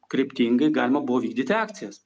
kryptingai galima buvo vykdyti akcijas